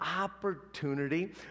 opportunity